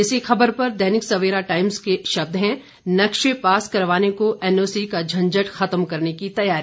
इसी खबर पर दैनिक सवेरा टाइम्स के शब्द हैं नक्शे पास करवाने को एनओसी का झंझट खत्म करने की तैयारी